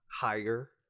higher